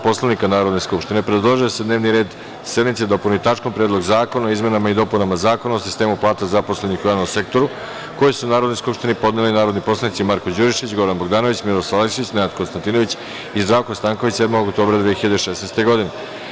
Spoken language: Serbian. Poslovnika Narodne skupštine predložio je da se dnevni red sednice dopuni tačkom – Predlog zakona o izmenama i dopunama Zakona o sistemu plata zaposlenih u javnom sektoru, koji su Narodnoj skupštini podneli narodni poslanici Marko Đurišić, Goran Bogdanović, Miroslav Aleksić, Nenad Konstantinović i Zdravko Stanković, 7. oktobra 2016. godine.